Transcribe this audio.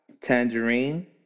tangerine